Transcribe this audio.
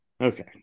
Okay